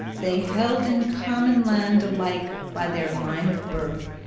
they held in common land alike by their line of birth,